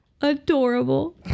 adorable